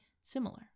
similar